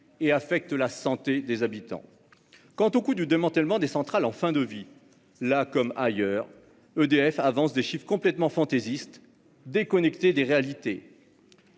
et affecte la santé des habitants. Quant au coût du démantèlement des centrales en fin de vie, sur ce sujet comme sur d'autres, EDF avance des chiffres totalement fantaisistes, déconnectés des réalités.